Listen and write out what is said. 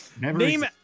name